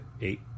eight